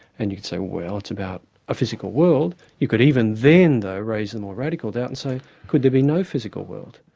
and you'd say, well, it's about a physical world. you could even then though raise a and more radical doubt and say could there be no physical world?